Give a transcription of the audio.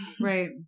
right